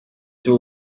cyo